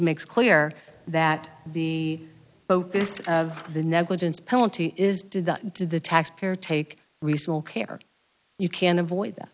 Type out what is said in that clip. makes clear that the focus of the negligence penalty is did that did the taxpayer take reasonable care or you can avoid that